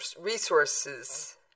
resources